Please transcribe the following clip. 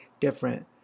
different